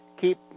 keep